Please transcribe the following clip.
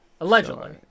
allegedly